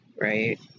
right